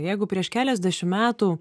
jeigu prieš keliasdešim metų